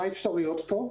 מה האפשרויות כאן.